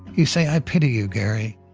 you say, i pity you gary.